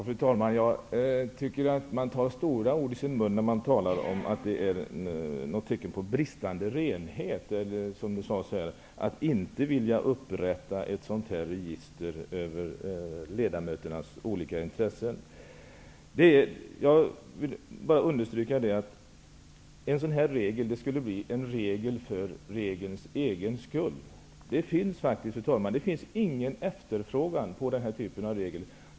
Fru talman! Jag tycker att man är stor i munnen när man talar om tecken på bristande renhet, därför att viljan att upprätta föreslagna register över ledamöternas olika intressen inte finns. Jag vill alltså understryka att föreslagna regel skulle bli en regel för regelns egen skull. Det finns faktiskt, fru talman, inte någon efterfrågan på den här typen av regel.